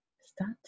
start